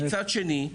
מצד שני,